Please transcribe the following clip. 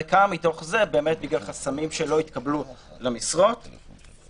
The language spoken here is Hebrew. וכמה מתוך זה באמת לא התקבלו למשרות בגלל חסמים.